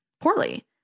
poorly